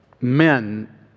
men